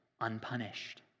unpunished